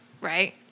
Right